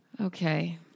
Okay